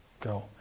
Go